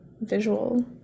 visual